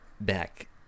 back